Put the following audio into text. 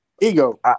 Ego